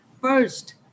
first